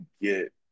get